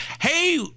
Hey